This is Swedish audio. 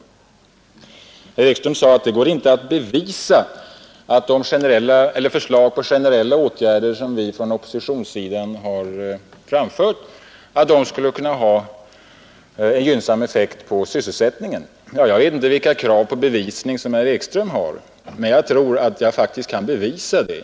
Herr Ekström sade att det inte kan bevisas att de förslag till generella åtgärder som ni från oppositionshåll anfört skulle kunna ha en gynnsam effekt på sysselsättningen. Ja, jag vet inte vilka krav på bevisning som herr Ekström har, men jag tror att jag faktiskt kan bevisa det.